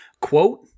Quote